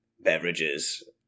beverages